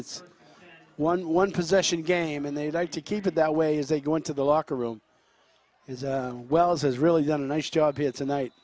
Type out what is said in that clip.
it's one one possession game and they like to keep it that way as they go into the locker room is well it has really done a nice job here tonight